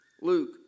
Luke